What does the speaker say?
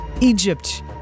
Egypt